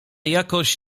jakoś